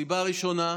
סיבה ראשונה,